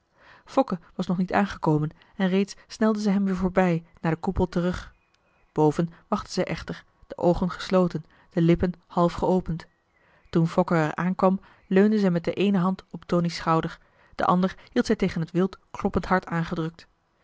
fokke was nog niet aangekomen en reeds snelde zij hem weer voorbij naar den koepel terug boven wachtte zij echter de oogen gesloten de lippen half geopend toen fokke er aankwam leunde zij met de eene hand op tonie's schouder de ander hield zij tegen het wild kloppend hart aangedrukt